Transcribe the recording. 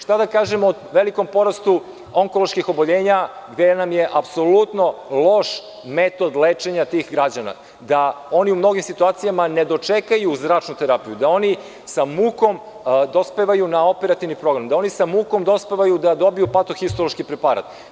Šta da kažem o velikom porastu onkoloških oboljenja, gde nam je apsolutno loš metod lečenja tih građana, da oni u mnogim situacijama ne dočekaju zračnu terapiju, da oni sa mukom dospevaju na operativni program, da oni sa mukom dospevaju da dobiju patohistološki preparat?